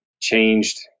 changed